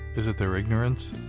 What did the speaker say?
is it their ignorance?